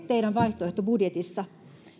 teidän vaihtoehtobudjetissanne